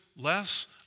Less